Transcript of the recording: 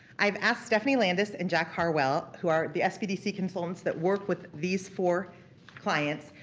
i've asked stephanie landis and jack harwell, who are the sbdc consultants that work with these four clients,